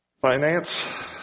Finance